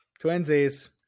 twinsies